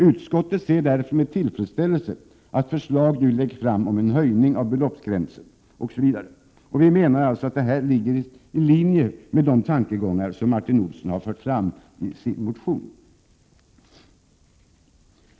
Utskottet ser därför med tillfredsställelse att förslag nu läggs fram om en höjning av beloppsgränsen ———.” Vi menar att detta ligger i linje med de tankegångar som Martin Olsson har fört fram i sin motion.